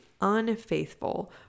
unfaithful